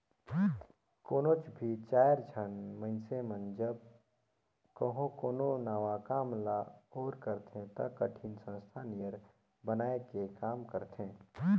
कोनोच भी चाएर झन मइनसे जब कहों कोनो नावा काम ल ओर करथे ता एकठिन संस्था नियर बनाए के काम करथें